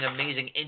amazing